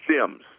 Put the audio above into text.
Sims